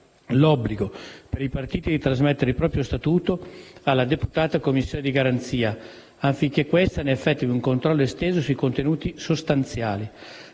l'obbligo per i partiti di trasmettere il proprio statuto alla deputata Commissione di garanzia affinché questa ne effettui un controllo esteso ai contenuti sostanziali.